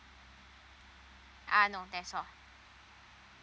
uh no that's all